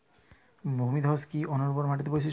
ভূমিধস কি অনুর্বর মাটির বৈশিষ্ট্য?